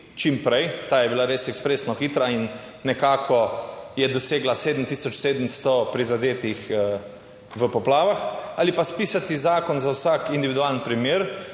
čim prej. Ta je bila res ekspresno hitra in nekako je dosegla 7700 prizadetih v poplavah ali pa spisati zakon za vsak individualni primer